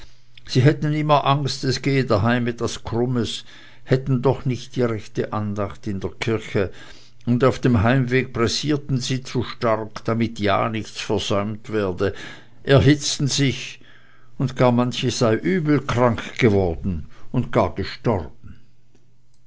sie hätten immer angst es gehe daheim etwas krummes hätten doch nicht die rechte andacht in der kirche und auf dem heimweg pressierten sie zu stark damit ja nichts versäumt werde erhitzten sich und gar manche sei übel krank geworden und gar gestorben